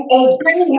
obey